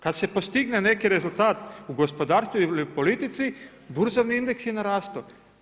Kada se postigne neki rezultat u gospodarstvu ili u politici, burzovni indeks je narastao.